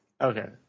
Okay